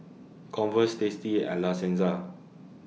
Converse tasty and La Senza